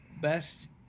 Best